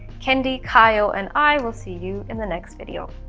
kendi, caiyo and i will see you in the next video!